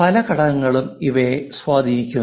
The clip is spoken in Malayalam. പല ഘടകങ്ങളും ഇവയെ സ്വാധീനിക്കുന്നു